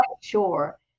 sure